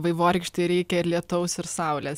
vaivorykštei reikia ir lietaus ir saulės